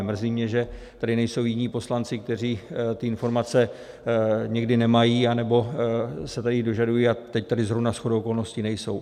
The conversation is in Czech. Mrzí mě, že tady nejsou jiní poslanci, kteří ty informace někdy nemají, anebo se tady dožadují, a teď tady zrovna shodou okolností nejsou.